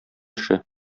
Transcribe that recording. эше